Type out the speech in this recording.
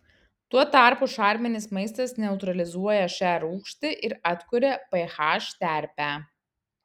tuo tarpu šarminis maistas neutralizuoja šią rūgštį ir atkuria ph terpę